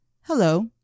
hello